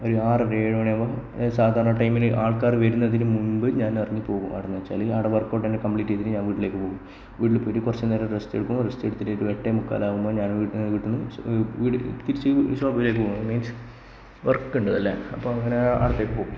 ഒരു ആറര ഏഴു മണി ആകുമ്പം ഞാൻ സാധാരണ ടൈമിന് ആൾക്കാര് വരുന്നതിനുമുമ്പ് ഞാൻ ഇറങ്ങിപ്പോകും അവിടുന്ന് എന്താന്നു വച്ചാല് അവിടെ വർക്ഔട്ട് എല്ലാം കമ്പ്ലീറ്റ് ചെയ്തിട്ട് ഞാൻ വീട്ടിലേക്ക് പോകും വീട്ടില് പോയിട്ട് കുറച്ചുനേരം റസ്റ്റ് എടുക്കും റസ്റ്റ് എടുത്തിട്ട് ഒര് എട്ടേമുക്കാല് ആകുമ്പം ഞാൻ വീട്ടിൽ നിന്ന് വീടും തിരിച്ച് ഷോപ്പിലേക്ക് പോകും മീൻസ് വർക്ക് ഉണ്ട് അല്ലേ അപ്പം അങ്ങനെ അവിടത്തേക്കുപോകും